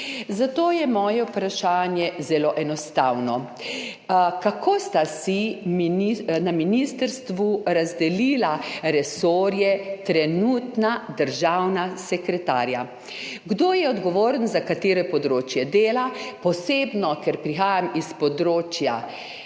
Zato je moje vprašanje zelo nezapleteno: Kako sta si na ministrstvu razdelila resorje trenutna državna sekretarja? Kdo je odgovoren za katero področje dela? Kdo od njiju pokriva področje